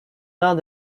rangs